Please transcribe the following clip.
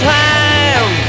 time